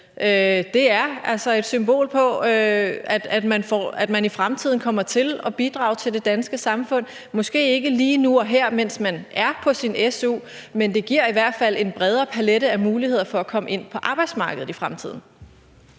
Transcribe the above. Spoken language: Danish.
er et tegn på, at man i fremtiden kommer til at bidrage til det danske samfund? Måske gør man det ikke lige nu og her, mens man er på su, men det giver i hvert fald en bredere palet af muligheder for at komme ind på arbejdsmarkedet i fremtiden.